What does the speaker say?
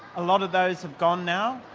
a lot of those have gone now.